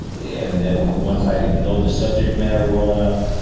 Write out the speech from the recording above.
and then once i know the subject matter well enough,